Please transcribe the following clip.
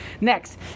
Next